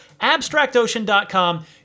abstractocean.com